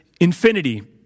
infinity